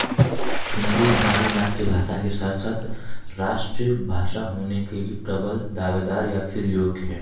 हिंदी हमारी मातृभाषा के साथ साथ राष्ट्रभाषा होने के भी प्रबल दावेदार या फिर योग्य है